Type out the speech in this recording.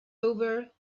over